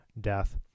death